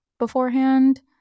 Beforehand